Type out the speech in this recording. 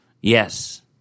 Yes